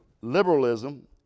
liberalism